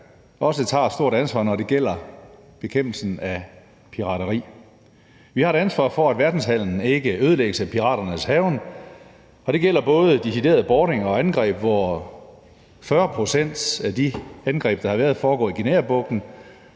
også tager et stort ansvar, når det gælder bekæmpelsen af pirateri. Vi har et ansvar for, at verdenshandelen ikke ødelægges af piraternes hærgen, og det gælder både decideret boarding og angreb, hvor 40 pct. af de angreb, der har været, foregår i Guineabugten,